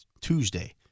Tuesday